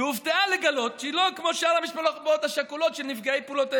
והופתעה לגלות שהיא לא כמו שאר המשפחות השכולות של נפגעי פעולות האיבה: